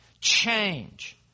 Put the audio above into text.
change